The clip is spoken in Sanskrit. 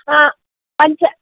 हा पञ्च